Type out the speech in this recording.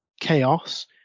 chaos